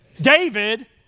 david